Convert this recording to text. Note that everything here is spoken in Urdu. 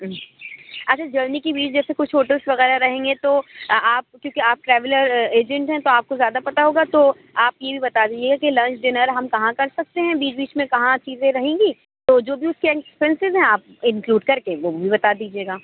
اچھا جرنی کے بیچ جیسے کچھ فوٹوس وغیرہ رہیں گے تو آپ کیونکہ آپ ٹریولر ایجنٹ ہیں تو آپ کو زیادہ پتہ ہوگا تو آپ یہ بھی بتا دیجیے کہ لنچ ڈنر ہم کہاں کر سکتے ہیں بیچ بیچ میں کہاں چیزیں رہیں گی تو جو بھی اُس کے ایکسپینسز ہیں آپ انکلیوڈ کر کے وہ بھی بتا دیجیے گا